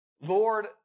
Lord